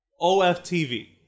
OFTV